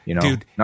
Dude